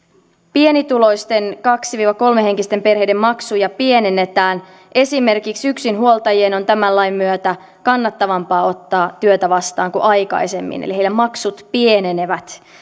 pienituloisten kaksi viiva kolme henkisten perheiden maksuja pienennetään esimerkiksi yksinhuoltajien on tämän lain myötä kannattavampaa ottaa työtä vastaan kuin aikaisemmin eli maksut pienenevät